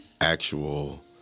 actual